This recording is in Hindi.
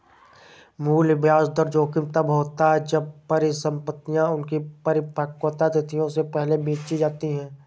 मूल्य ब्याज दर जोखिम तब होता है जब परिसंपतियाँ उनकी परिपक्वता तिथियों से पहले बेची जाती है